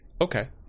Okay